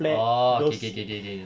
oh K K K K